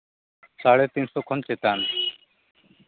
ᱥᱟᱲᱮ ᱛᱤᱱ ᱥᱚ ᱠᱷᱚᱱ ᱪᱮᱛᱟᱱ